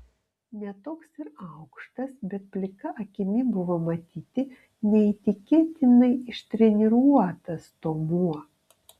ne toks ir aukštas bet plika akimi buvo matyti neįtikėtinai ištreniruotas stuomuo